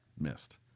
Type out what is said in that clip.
missed